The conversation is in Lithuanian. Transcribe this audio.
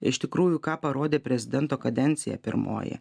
iš tikrųjų ką parodė prezidento kadencija pirmoji